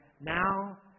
now